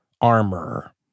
armor